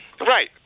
Right